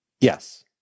Yes